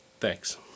Thanks